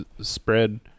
spread